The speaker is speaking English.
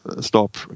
stop